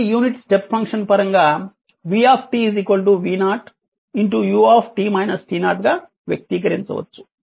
ఇది unit step function పరంగా v v0 u గా వ్యక్తీకరించవచ్చు